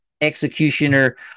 executioner